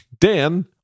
Dan